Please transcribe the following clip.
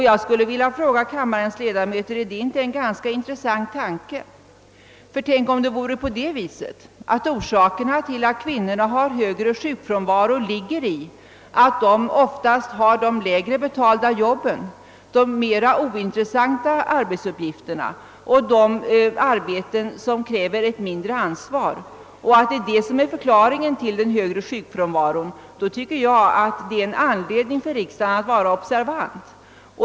Jag skulle vilja fråga kammarens ledamöter: Är inte detta en ganska intressant tanke? Tänk om orsakerna till att kvinnorna har högre sjukfrånvaro är att de ofta har de lägre betalda jobben, de mera ointressanta arbetsuppgifterna och de arbeten som kräver ett mindre ansvar och att detta är förklaringen till en högre sjukfrånvaro. I så fall tycker jag att det finns anledning för riksdagen att vara observant.